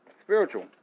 Spiritual